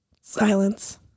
silence